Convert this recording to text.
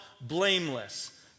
blameless